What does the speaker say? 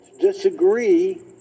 Disagree